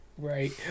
Right